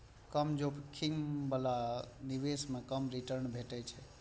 कम जोखिम बला निवेश मे कम रिटर्न भेटै छै